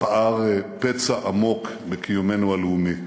פער פצע עמוק בקיומנו הלאומי,